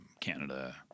Canada